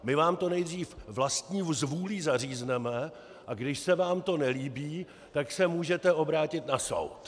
My vám to nejdřív vlastní zvůlí zařízneme, a když se vám to nelíbí, tak se můžete obrátit na soud.